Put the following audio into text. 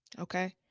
Okay